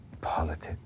Politics